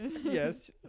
Yes